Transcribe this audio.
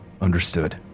Understood